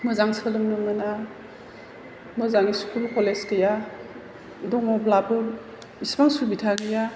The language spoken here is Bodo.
मोजां सोलोंनो मोना मोजां स्कुल कलेज गैया दङब्लाबो इसिबां सुबिदा गैया